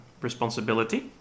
responsibility